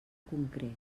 concret